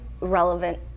relevant